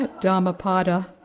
Dhammapada